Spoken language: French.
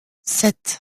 sept